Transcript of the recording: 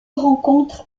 rencontre